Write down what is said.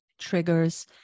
triggers